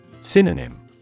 Synonym